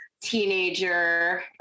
teenager